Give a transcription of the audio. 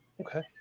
Okay